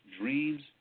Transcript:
dreams